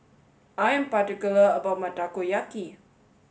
I am particular about my Takoyaki